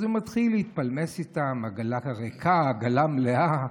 אז הוא מתחיל להתפלמס איתם, עגלה ריקה, עגלה מלאה.